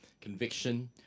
conviction